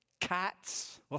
cats